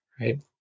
right